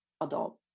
adult